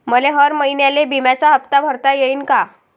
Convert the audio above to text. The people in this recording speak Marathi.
मले हर महिन्याले बिम्याचा हप्ता भरता येईन का?